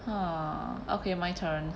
!huh! okay my turn